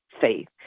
faith